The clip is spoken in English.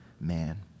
man